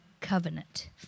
Covenant